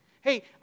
Hey